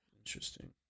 Interesting